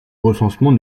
recensement